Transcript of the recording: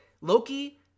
Loki